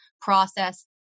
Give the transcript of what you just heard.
process